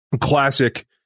classic